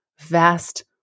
vast